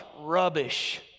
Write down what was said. rubbish